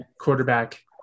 quarterback